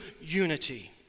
unity